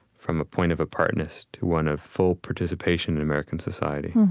from a point of apartness to one of full participation in american society.